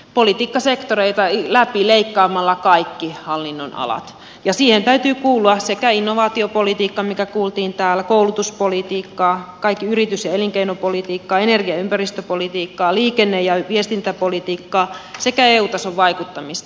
politiikan politiikkasektoreittain läpileikkaamalla kaikki hallinnonalat ja siihen täytyy kuulua sekä innovaatiopolitiikkaa mikä kuultiin täällä koulutuspolitiikkaa kaikki yritys ja elinkeinopolitiikka energia ja ympäristöpolitiikkaa liikenne ja viestintäpolitiikkaa sekä eu tason vaikuttamista